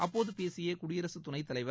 அப்போது பேசிய குடியரசு துணைத் தலைவர்